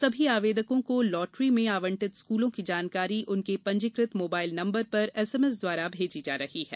सभी आवेदकों को ॅलॉटरी में आवंटित स्कूलों की जानकारी उनके पंजीकृत मोबाइल नंबर पर एसएमएस द्वारा भेजी जा रही है